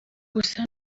gusa